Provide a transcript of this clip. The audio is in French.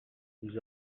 nous